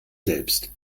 selbst